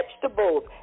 vegetables